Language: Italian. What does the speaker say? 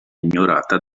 ignorata